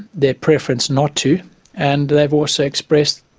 their preference not to and they've also expressed